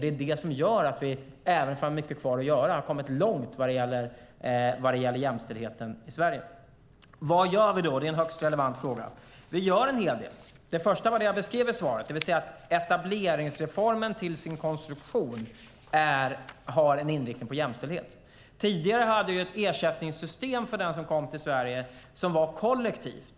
Det är det som gör att vi har kommit långt när det gäller jämställdheten i Sverige, även om vi har mycket kvar att göra. Vad gör vi då? Det är en högst relevant fråga. Vi gör en hel del. Det första var det jag beskrev i svaret, det vill säga att etableringsreformen till sin konstruktion har en inriktning på jämställdhet. Tidigare hade vi ett ersättningssystem för den som kom till Sverige som var kollektivt.